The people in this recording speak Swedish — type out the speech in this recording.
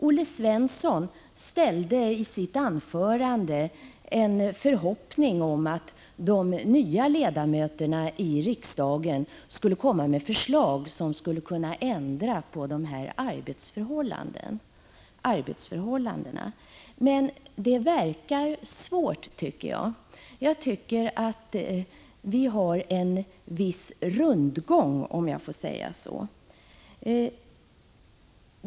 Olle Svensson uttryckte i sitt anförande en förhoppning om att de nya ledamöterna i riksdagen skulle komma med förslag som skulle kunna ändra på arbetsförhållandena. Men det verkar svårt. Jag tycker att vi har en viss rundgång, om jag så får säga.